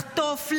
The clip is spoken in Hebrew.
לחטוף,